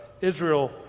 Israel